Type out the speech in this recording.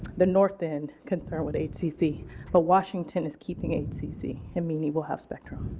the north end concerned with hcc but washington is keeping hcc and meany will have spectrum.